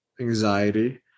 anxiety